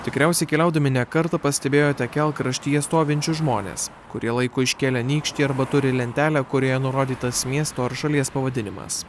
tikriausiai keliaudami ne kartą pastebėjote kelkraštyje stovinčius žmones kurie laiko iškėlę nykštį arba turi lentelę kurioje nurodytas miesto ar šalies pavadinimas